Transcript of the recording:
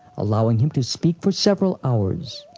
allowing him to speak for several hours.